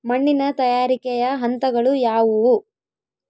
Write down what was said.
ಮಣ್ಣಿನ ತಯಾರಿಕೆಯ ಹಂತಗಳು ಯಾವುವು?